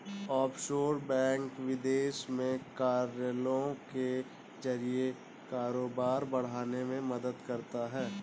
offshore bank विदेश में कार्यालयों के जरिए कारोबार बढ़ाने में मदद करता है